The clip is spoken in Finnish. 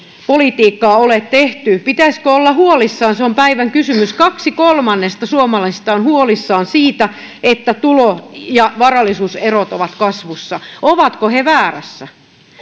politiikkaa tehty pitäisikö olla huolissaan se on päivän kysymys kaksi kolmannesta suomalaisesta on huolissaan siitä että tulo ja varallisuuserot ovat kasvussa ovatko he väärässä